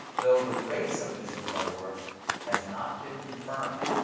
though the race of mrs. butterworth has not been confirmed.